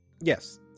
yes